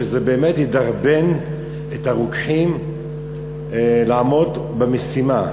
שזה באמת ידרבן את הרוקחים לעמוד במשימה.